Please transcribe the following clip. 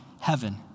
heaven